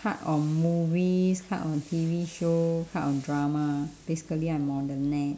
cut on movies cut on T_V show cut on drama basically I'm on the net